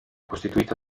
costituita